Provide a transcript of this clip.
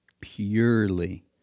purely